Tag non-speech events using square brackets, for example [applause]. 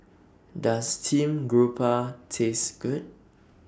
Does Steamed Grouper Taste Good [noise]